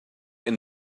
and